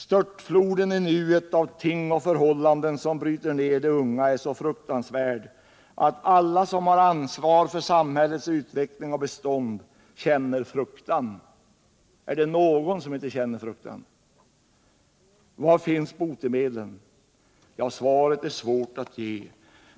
Störtfloden i nuet av ting och förhållanden som bryter ner de unga är så fruktansvärd att alla som har ansvar för samhällets utveckling och bestånd känner fruktan. Är det någon som inte känner fruktan? Var finns botemedlen? Svaret är svårt att ge.